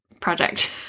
project